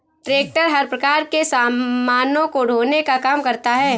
tractor हर प्रकार के सामानों को ढोने का काम करता है